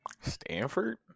Stanford